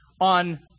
on